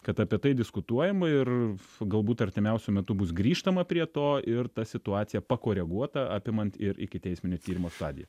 kad apie tai diskutuojama ir galbūt artimiausiu metu bus grįžtama prie to ir ta situacija pakoreguota apimant ir ikiteisminio tyrimo stadiją